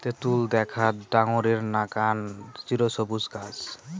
তেতুল দ্যাখ্যাত ডাঙরের নাকান চিরসবুজ গছ